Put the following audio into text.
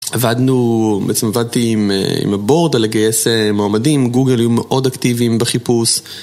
עבדנו, בעצם עבדתי עם הבורד על לגייס מועמדים, גוגל היו מאוד אקטיביים בחיפוש